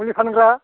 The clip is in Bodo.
मुलि फानग्रा